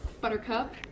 Buttercup